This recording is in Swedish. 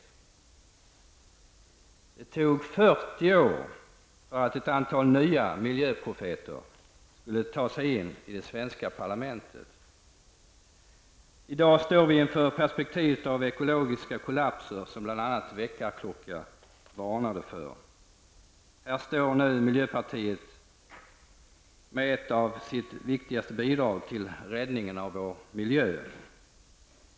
Det tog 40 år för att ett antal nya miljöprofeter skulle ta sig in i det svenska parlamentet. I dag står vi inför perspektivet av ekologiska kollapser, som bl.a. Väckarklocka varnade för. Här står nu miljöpartiet de gröna med ett av sina viktigaste bidrag till räddningen av vår miljö.